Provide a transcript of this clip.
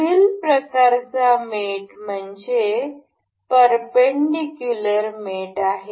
पुढील प्रकारचा मेट म्हणजेच परपेंडिकुलर मेट आहे